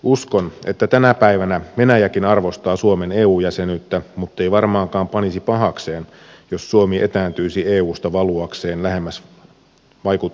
uskon että tänä päivänä venäjäkin arvostaa suomen eu jäsenyyttä muttei varmaankaan panisi pahakseen jos suomi etääntyisi eusta valuakseen sen vaikutuspiiriin